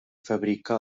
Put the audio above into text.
fabrica